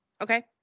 Okay